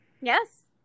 yes